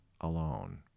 alone